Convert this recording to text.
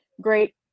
Great